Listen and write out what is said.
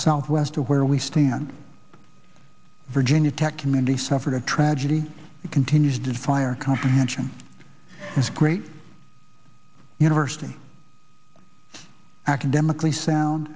southwest of where we stand virginia tech community suffered a tragedy it continues the fire comprehension is great university academically sound